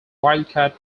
wildcat